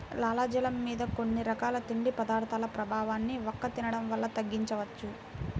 లాలాజలం మీద కొన్ని రకాల తిండి పదార్థాల ప్రభావాన్ని వక్క తినడం వల్ల తగ్గించవచ్చు